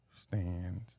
stands